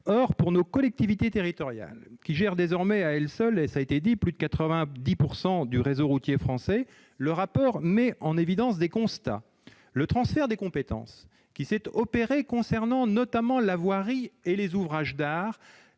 de nos collectivités territoriales, qui gèrent désormais à elles seules plus de 90 % du réseau routier français, le rapport met en évidence divers constats. Le transfert des compétences qui s'est opéré s'agissant notamment de la voirie et des ouvrages d'art